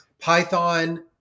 Python